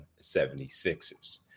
76ers